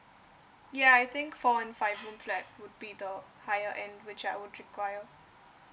ya I think for one five room flat would be the higher end which I would require